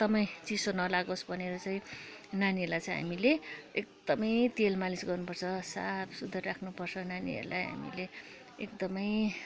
एकदमै चिसो नलागोस् भनेर चाहिँ नानीहरूलाई चाहिँ हामीले एकदमै तेल मालिस गर्नुपर्छ साफ सुधर राख्नुपर्छ नानीहरूलाई हामीले एकदमै